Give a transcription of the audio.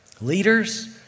leaders